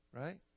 right